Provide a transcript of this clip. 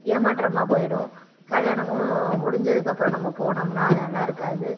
ஏமாற்றமாக போயிடும் கல்யாணமும் முடிஞ்சதுக்கு அப்புறம் நம்ம போனோம்னா அது நல்லா இருக்காது